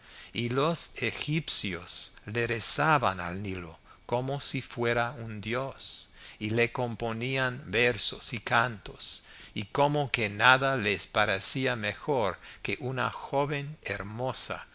y los egipcios le rezaban al nilo como si fuera un dios y le componían versos y cantos y como que nada les parecía mejor que una joven hermosa